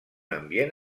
ambient